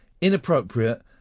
inappropriate